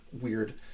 weird